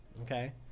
okay